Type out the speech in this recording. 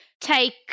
take